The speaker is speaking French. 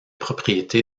propriété